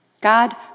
God